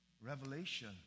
revelation